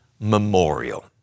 memorial